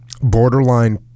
borderline